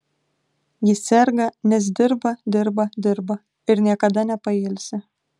ji serga nes dirba dirba dirba ir niekada nepailsi